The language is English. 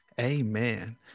Amen